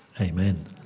amen